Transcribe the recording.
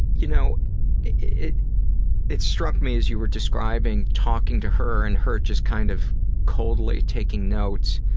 you know it it struck me as you were describing talking to her and her just kind of coldly taking notes